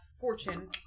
Fortune